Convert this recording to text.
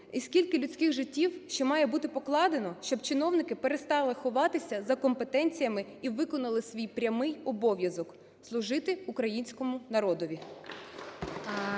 і скільки людських життів ще має бути покладено, щоб чиновники перестали ховатися за компетенціями і виконали свій прямий обов'язок – служити українському народові?